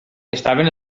estaven